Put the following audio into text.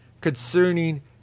Concerning